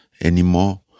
anymore